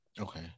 Okay